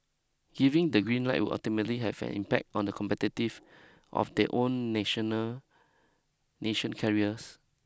giving the green light would ultimately have an impact on the competitive of their own national national carriers